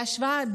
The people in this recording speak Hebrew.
להשוואה,